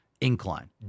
Incline